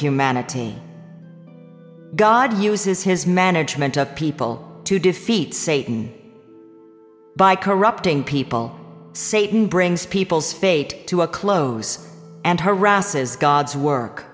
humanity god uses his management of people to defeat satan by corrupting people satan brings people's fate to a close and harasses god's work